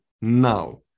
now